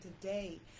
today